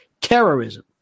terrorism